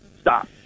Stop